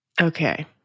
Okay